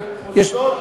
רגע,